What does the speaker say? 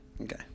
Okay